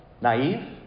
naive